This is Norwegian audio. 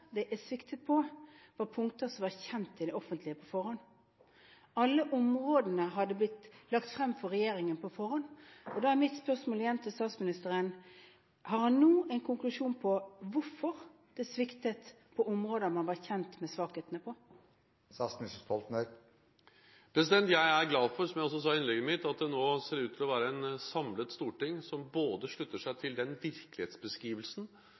det sviktet på, var punkter som var kjent i det offentlige på forhånd. Alle områdene hadde blitt lagt frem for regjeringen på forhånd. Da er mitt spørsmål til statsministeren: Har han nå en konklusjon på hvorfor det sviktet på områder der man var kjent med svakhetene? Jeg er glad for, som jeg også sa i innlegget mitt, at det nå ser ut til å være et samlet storting som slutter seg til den virkelighetsbeskrivelsen